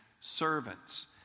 servants